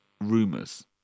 rumors